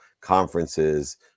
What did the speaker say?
conferences